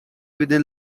within